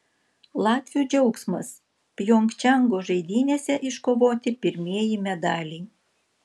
latvių džiaugsmas pjongčango žaidynėse iškovoti pirmieji medaliai